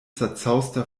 zerzauster